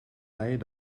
leien